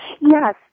Yes